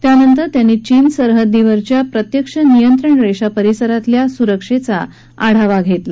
त्यानंतर त्यांनी चीन सरहद्दीवरच्या प्रत्यक्ष नियंत्रण रेषा परिसरातल्या सुरक्षेचा आढावा घेतला